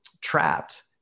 trapped